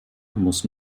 muss